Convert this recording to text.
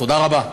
תודה רבה.